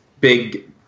big